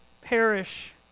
perish